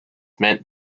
meant